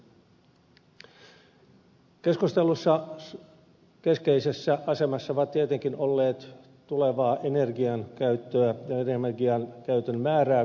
keskustelussa keskeisessä asemassa ovat tietenkin olleet tulevaa energiankäyttöä ja energiankäytön määrää koskevat ennusteet